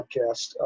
podcast